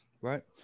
right